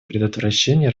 предотвращения